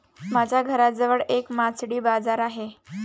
माझ्या घराजवळ एक मासळी बाजार आहे